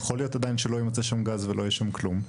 יכול להיות עדיין שלא יימצא שם גז ולא יהיה שם כלום.